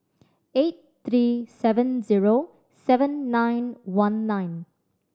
eight three seven zero seven nine one nine